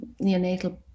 neonatal